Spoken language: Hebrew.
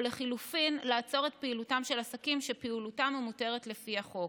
או לחלופין לעצור את פעילותם של עסקים שפעילותם מותרת לפי החוק,